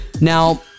Now